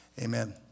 amen